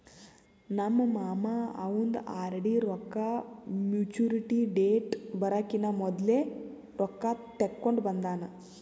ನಮ್ ಮಾಮಾ ಅವಂದ್ ಆರ್.ಡಿ ರೊಕ್ಕಾ ಮ್ಯಚುರಿಟಿ ಡೇಟ್ ಬರಕಿನಾ ಮೊದ್ಲೆ ರೊಕ್ಕಾ ತೆಕ್ಕೊಂಡ್ ಬಂದಾನ್